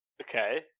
okay